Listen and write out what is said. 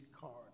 cards